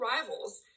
rivals